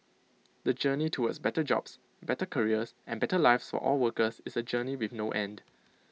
the journey towards better jobs better careers and better lives for all workers is A journey with no end